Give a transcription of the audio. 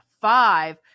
five